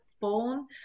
phone